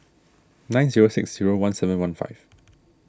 nine zero six zero one seven one five